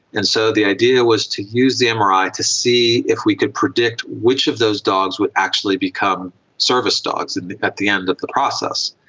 and so the idea was to use the mri to see if we could predict which of those dogs would actually become service dogs and at the end of the process.